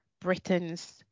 Britain's